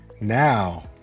Now